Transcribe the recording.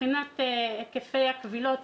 מבחינת היקפי הקבילות.